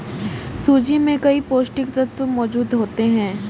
सूजी में कई पौष्टिक तत्त्व मौजूद होते हैं